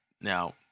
Now